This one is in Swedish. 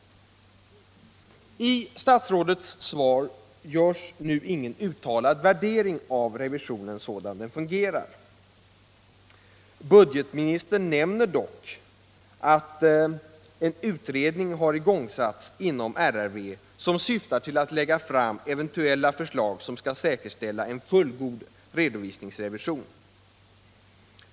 I statsrådets svar görs ingen uttalad värdering av revisionen sådan den nu fungerar, Budgetministern nämner dock att inom RRV har igångsatts en utredning, som syftar till att lägga fram eventuella förslag, vilka skall säkerställa en fullgod redovisningsrevision.